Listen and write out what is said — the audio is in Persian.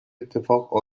اتفاق